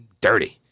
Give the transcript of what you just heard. dirty